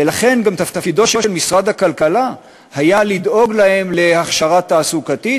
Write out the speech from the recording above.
ולכן גם תפקידו של משרד הכלכלה היה לדאוג להם להכשרה תעסוקתית,